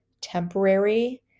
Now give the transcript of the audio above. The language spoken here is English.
temporary